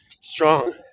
strong